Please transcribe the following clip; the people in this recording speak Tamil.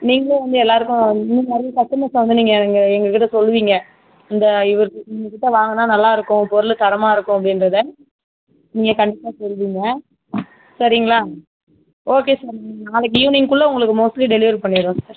நீங்கள் வந்து எல்லோருக்கும் இந்த மாதிரி கஸ்டமர்ஸை வந்து எங்கள் எங்கள் கிட்ட சொல்லுவீங்கள் இந்த இவங்கள் கிட்டே வாங்கினால் நல்லாயிருக்கும் பொருள் தரமாயிருக்கும் அப்படின்றத நீங்கள் கண்டிப்பாக சொல்லுவீங்க சரிங்களா ஓகே சார் நாளைக்கு ஈவினிங்குள்ள மோஸ்ட்லி டெலிவரி பண்ணிடுறோம் சார்